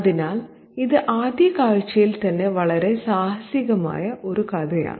അതിനാൽ ഇത് ആദ്യ കാഴ്ചയിൽ തന്നെ വളരെ സാഹസികമായ ഒരു കഥയാണ്